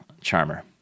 charmer